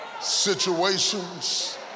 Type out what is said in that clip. situations